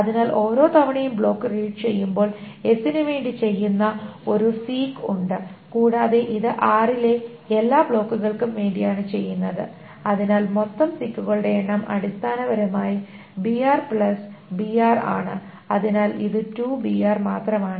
അതിനാൽ ഓരോ തവണയും ബ്ലോക്ക് റീഡ് ചെയ്യുമ്പോൾ s നു വേണ്ടി ചെയ്യുന്ന ഒരു സീക് ഉണ്ട് കൂടാതെ ഇത് r ലെ എല്ലാ ബ്ലോക്കുകൾക്കും വേണ്ടിയാണ് ചെയ്യുന്നത് അതിനാൽ മൊത്തം സീക്കുകകളുടെ എണ്ണം അടിസ്ഥാനപരമായി brbr ആണ് അതിനാൽ ഇത് 2br മാത്രമാണ്